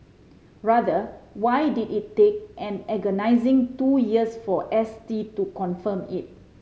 rather why did it take an agonising two years for S T to confirm it